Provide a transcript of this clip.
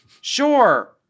sure